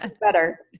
better